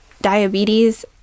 diabetes